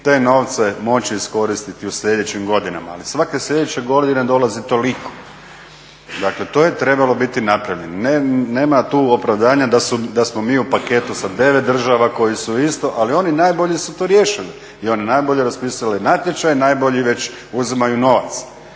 te novce moći iskoristiti u sljedećim godinama, ali svake sljedeće godine dolazi toliko. Dakle to je trebalo biti napravljeno, nema tu opravdanja da smo mi u paketu sa 9 država koje su isto ali oni najbolje su to riješili i oni najbolje raspisali natječaj, najbolji već uzimaju novac.